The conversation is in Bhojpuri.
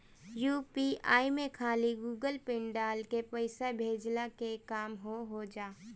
यू.पी.आई में खाली गूगल पिन डाल के पईसा भेजला के काम हो होजा